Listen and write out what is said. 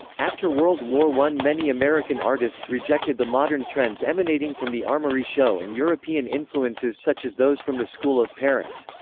after world war i many american artists rejected the modern trends emanating from the armory show and european influences such as those from the school of paris.